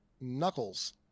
Knuckles